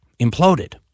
imploded